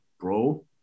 bro